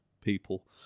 people